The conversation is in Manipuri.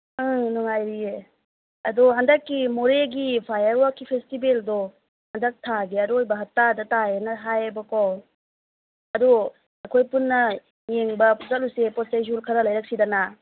ꯑꯪ ꯅꯨꯉꯥꯏꯔꯤꯌꯦ ꯑꯗꯣ ꯍꯟꯗꯛꯀꯤ ꯃꯣꯔꯦꯒꯤ ꯐꯥꯌꯥꯔ ꯋꯥꯔꯛꯀꯤ ꯐꯦꯁꯇꯤꯚꯦꯜꯗꯣ ꯍꯟꯗꯛ ꯊꯥꯒꯤ ꯑꯔꯣꯏꯕꯗ ꯇꯥꯏꯑꯦꯅ ꯍꯥꯏꯑꯦꯕꯀꯣ ꯑꯗꯣ ꯑꯩꯈꯣꯏ ꯄꯨꯟꯅ ꯌꯦꯡꯕ ꯆꯠꯂꯨꯁꯦ ꯄꯣꯠꯆꯩꯁꯨ ꯈꯔ ꯂꯩꯔꯛꯁꯤꯗꯅ